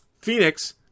Phoenix